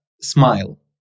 smile